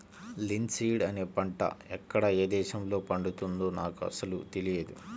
linseed అనే పంట ఎక్కడ ఏ దేశంలో పండుతుందో నాకు అసలు తెలియదు